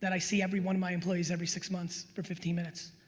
that i see every one of my employees every six months for fifteen minutes.